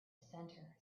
center